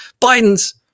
Biden's